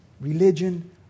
religion